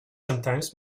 sometimes